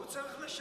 הוא צריך לשלם.